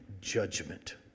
judgment